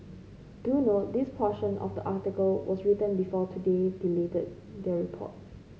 do note this portion of the article was written before today deleted their report